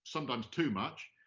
sometimes too much,